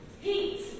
Heat